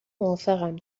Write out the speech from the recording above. موافقم